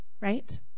Right